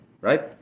right